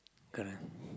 correct